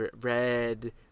Red